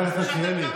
חבר הכנסת מלכיאלי.